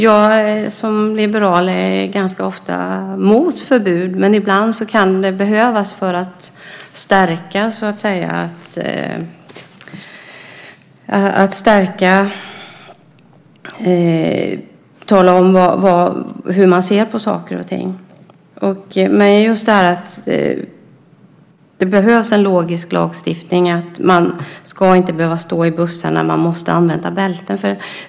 Jag som liberal är ganska ofta mot förbud, men ibland kan det behövas för att tala om hur man ser på saker och ting. Det behövs en logisk lagstiftning om att man inte ska behöva stå i bussarna och att man måste använda bälten.